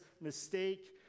mistake